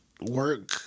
work